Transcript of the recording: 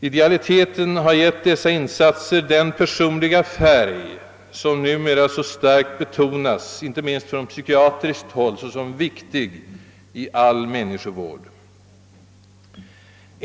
Idealiteten har givit dessa insatser den personliga färg, som numera så starkt betonats inte minst från psykiatriskt håll såsom viktig i all människovård.